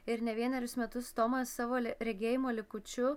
ir ne vienerius metus tomas savo le regėjimo likučiu